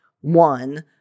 one